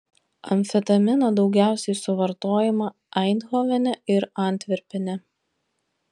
amfetamino daugiausiai suvartojama eindhovene ir antverpene